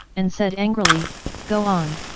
and said angrily go on!